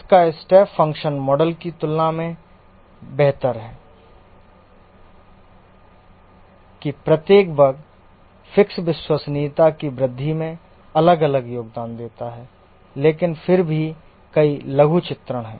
इसका step function model की तुलना में बेहतर है कि प्रत्येक बग फिक्स विश्वसनीयता की वृद्धि में अलग अलग योगदान देता है लेकिन फिर भी कई लघु चित्रण हैं